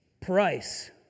Price